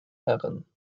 herren